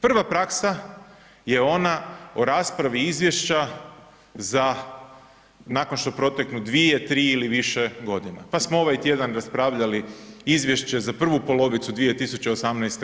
Prva praksa je ona o raspravi izvješća za nakon što proteknu 2, 3 ili više godina pa smo ovaj tjedan raspravljali izvješće za prvu polovicu 2018.